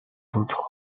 d’autres